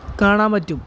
കാണാൻ പറ്റും